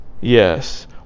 Yes